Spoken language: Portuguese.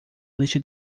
lista